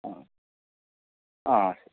ആ ആ ശരി